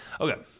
Okay